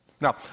Now